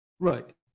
Right